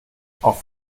auf